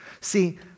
See